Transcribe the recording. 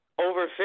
Over